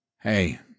Hey